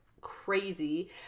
crazy